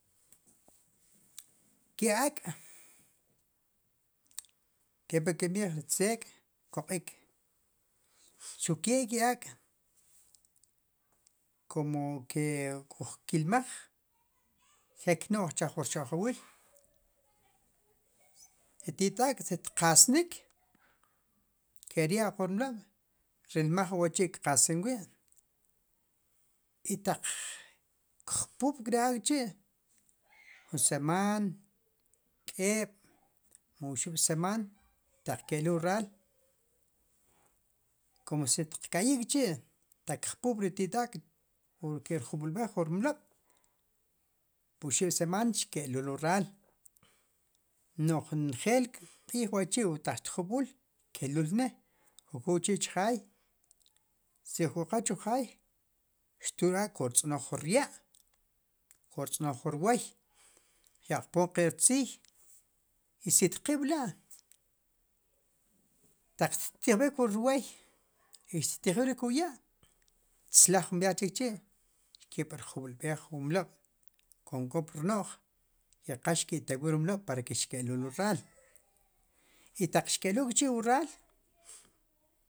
Ke ak' keplikinb'ij tz'ek koq'ik xuqke ke ak' komo ke ojkilmaj ke knoj chij wu rxoq'jawil ri tit ak' si shqasnik keryaq wu rmlob' rilmaj wachi kqasinwi y taq kjpub' ri ak' wachi ju seman k'eb' o oxib'seman taq kelul wu ral komo si qkaqijk'chi taq kjpub're tit ak' porque kerjub'lbé j wurmlob' puru oxib'seman xkelul wu ral noj njel krbín wachi taq xjub'ul xkelul na' kocul kchi chiaj si ojkowaj chujaj ku ri ak'kortznoj rya jkor tznoj jur woy qyaqpon qi'rtziy i si tqilb'la' taq ttijbík wo rwox i xtijb'ik' ruk' ya' tzaj jun viajchichi kop rjub'ej mu mlob' komo k'opornoj rech qa xterwir wu mlob' para que xkelul wu ral i taq xlelul chi wu ral